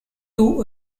two